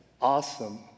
awesome